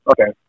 Okay